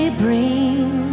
bring